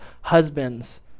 Husbands